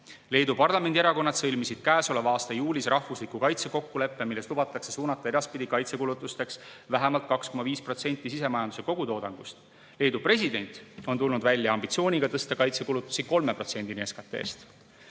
Leedu parlamendierakonnad sõlmisid käesoleva aasta juulis rahvusliku kaitsekokkuleppe, milles lubatakse suunata edaspidi kaitsekulutusteks vähemalt 2,5% sisemajanduse kogutoodangust. Leedu president on tulnud välja ambitsiooniga tõsta kaitsekulud 3%-ni SKT-st.